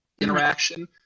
interaction